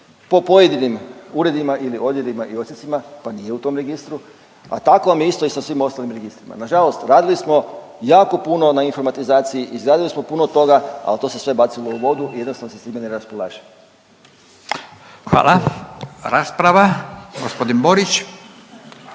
po pojedinim uredima ili odjelima i odsjecima, pa nije u tom registru, a tako vam je isto i sa svim ostalim registrima. Nažalost, radili smo jako puno na informatizaciji, izradili smo puno toga, al to se sve bacilo u vodu i jednostavno se s time ne raspolaže. **Radin, Furio (Nezavisni)** Hvala.